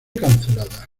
cancelada